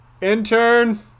intern